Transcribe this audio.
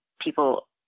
people